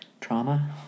trauma